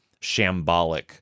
shambolic